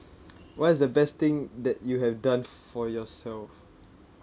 what is the best thing that you have done for yourself